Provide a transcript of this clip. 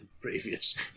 previous